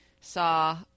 saw